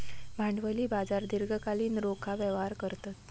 भांडवली बाजार दीर्घकालीन रोखा व्यवहार करतत